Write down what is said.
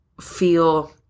feel